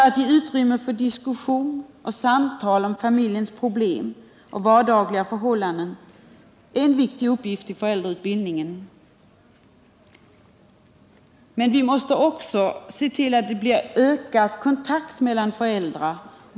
Att ge utrymme för diskussion och samtal om familjernas problem och vardagliga förhållanden är en viktig uppgift i föräldrautbildningen. Men vi måste också se till att det blir en ökad kontakt mellan föräldrar.